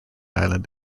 island